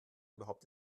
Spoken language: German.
überhaupt